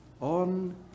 on